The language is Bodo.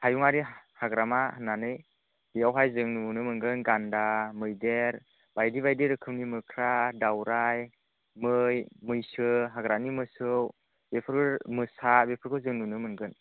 हायुङारि हाग्रामा होननानै बेवहाय जों नुनो मोनगोन गान्दा मैदेर बाइदि बाइदि रोखोमनि मोख्रा दाउराय मै मैसो हाग्रानि मोसौ बेफोर मोसा बेफोरखौ जों नुनो मोनगोन